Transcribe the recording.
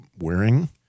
wearing